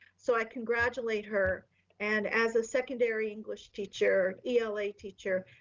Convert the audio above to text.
so i congratulate her and as a secondary english teacher, ela teacher,